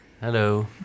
Hello